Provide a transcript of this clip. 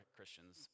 Christians